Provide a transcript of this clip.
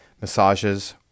massages